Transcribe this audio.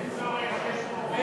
אין צורך, יש פה רוב.